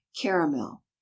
caramel